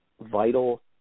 vital